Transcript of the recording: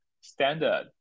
standard